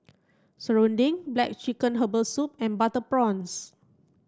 Serunding black chicken herbal soup and butter prawns